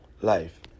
life